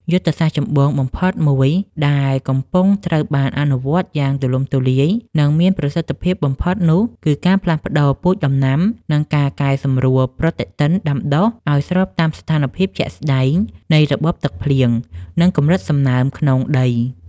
យុទ្ធសាស្ត្រចម្បងបំផុតមួយដែលកំពុងត្រូវបានអនុវត្តយ៉ាងទូលំទូលាយ និងមានប្រសិទ្ធភាពបំផុតនោះ គឺការផ្លាស់ប្តូរពូជដំណាំ និងការកែសម្រួលប្រតិទិនដាំដុះឱ្យស្របតាមស្ថានភាពជាក់ស្តែងនៃរបបទឹកភ្លៀង និងកម្រិតសំណើមក្នុងដី។